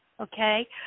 okay